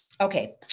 Okay